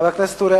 חבר הכנסת אורי